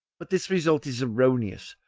but this result is erroneous,